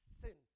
sin